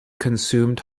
consumed